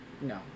no